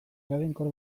eraginkor